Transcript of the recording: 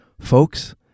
Folks